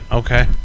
okay